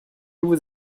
vous